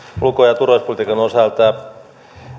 ulko ja turvallisuuspolitiikan osalta